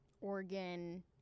Oregon